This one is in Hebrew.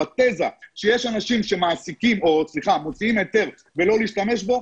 או התיזה שיש אנשים שמעסיקים או מוציאים היתר ולא להשתמש בו,